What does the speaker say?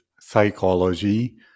psychology